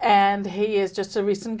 and he is just a recent